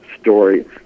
stories